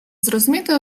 зрозуміти